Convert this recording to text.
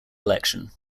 election